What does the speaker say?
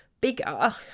bigger